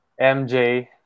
MJ